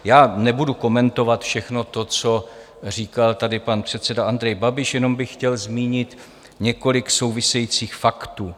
Já nebudu komentovat všechno to, co říkal tady pan předseda Andrej Babiš, jenom bych chtěl zmínit několik souvisejících faktů.